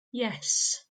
yes